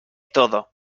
todo